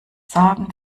sagen